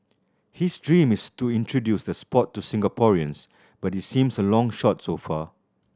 his dream is to introduce the sport to Singaporeans but it seems a long shot so far